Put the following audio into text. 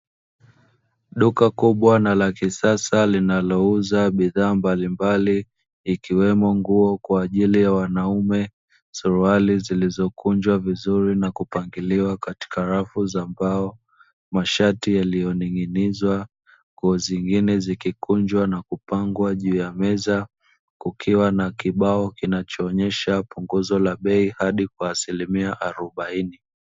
Duka kubwa na la kisasa linalouzaa bidhaa mbalimbali ikiwemo nguo kwa ajili ya wanaume, suruali zilizokunjwa vizuri na kupangiliwa katika rafu za mbao, mashati yalitoning'inizwa, nguo zingine zikikunjwa na kupangwa juu ya meza kukiwa na kibao kinachoonyesha punguzo la bei hadi kwa asilimia arobaini.